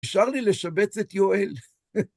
נשאר לי לשבץ את יואל.